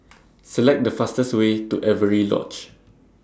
Select The fastest Way to Avery Lodge